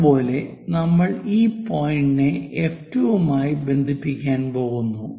അതുപോലെ നമ്മൾ ഈ പോയിന്റിനെ F2 മായി ബന്ധിപ്പിക്കാൻ പോകുന്നു